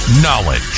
knowledge